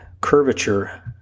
curvature